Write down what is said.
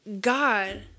God